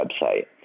website